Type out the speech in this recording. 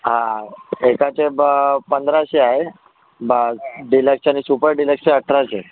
हां एकाचे ब पंधराशे आहे बा डिलक्स आणि सुपर डिलक्सचे अठराशे